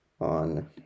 on